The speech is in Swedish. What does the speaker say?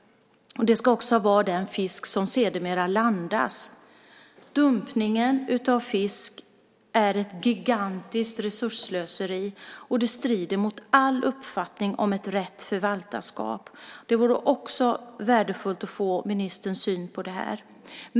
Det ska också vara den fisk som sedermera landas. Dumpningen av fisk är ett gigantiskt resursslöseri, och den strider mot all uppfattning om ett rätt förvaltarskap. Det vore också värdefullt att få ministerns syn på det här.